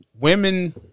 women